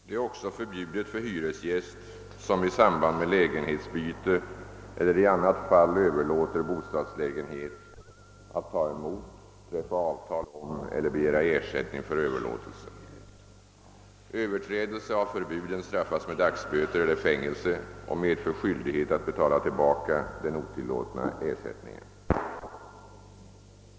Det är också förbjudet för hyresgäst som i samband med lägenhetsbyte eller i annat fall överlåter bostadslägenhet att ta emot, träffa avtal om eller begära ersättning för överlåtelsen. Överträdelse av förbuden straffas med dagsböter eller fängelse och medför skyldighet att betala tillbaka den otillåtna ersättningen.